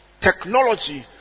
technology